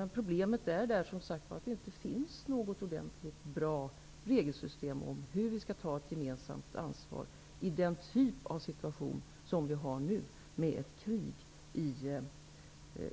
Men problemet är som sagt att det inte finns något ordentligt och bra regelsystem, som påvisar hur man tar ett gemensamt ansvar i den typ av situation som nu råder med ett krig i